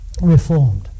reformed